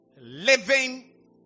Living